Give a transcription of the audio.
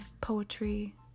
poetry